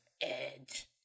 Edge